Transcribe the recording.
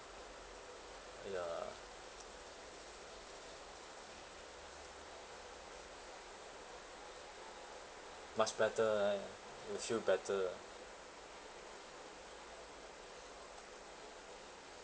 ya much better right you feel better ah